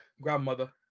grandmother